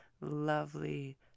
lovely